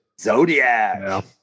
Zodiac